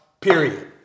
period